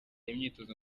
imyitozo